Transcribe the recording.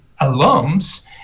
alums